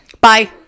Bye